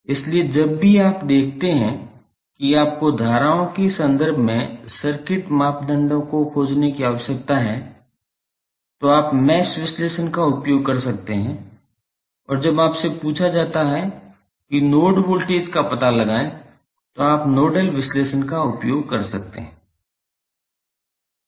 इसलिए जब भी आप देखते हैं कि आपको धाराओं के संदर्भ में सर्किट मापदंडों को खोजने की आवश्यकता है तो आप मैश विश्लेषण का उपयोग कर सकते हैं और जब आपसे पूछा जाता है कि नोड वोल्टेज का पता लगाएं तो आप नोडल विश्लेषण का उपयोग कर सकते हैं